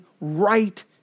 right